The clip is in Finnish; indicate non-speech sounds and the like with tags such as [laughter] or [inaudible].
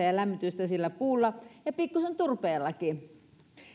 [unintelligible] ja lämmitystä sillä puulla ja pikkusen turpeellakin